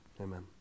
Amen